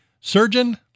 surgeon